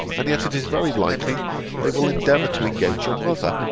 and yet it is very likely they will endeavour to engage your mother,